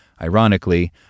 ironically